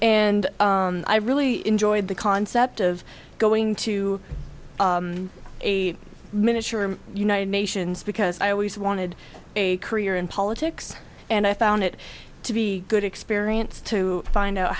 and i really enjoyed the concept of going to a miniature united nations because i always wanted a career in politics and i found it to be a good experience to find out